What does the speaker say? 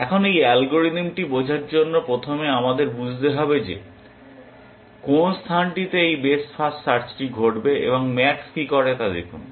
এখন এই অ্যালগরিদমটি বোঝার জন্য প্রথমে আমাদের বুঝতে হবে যে কোন স্থানটিতে এই বেস্ট ফার্স্ট সার্চটি ঘটবে এবং ম্যাক্স কী করে তা দেখুন